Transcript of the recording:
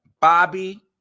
Bobby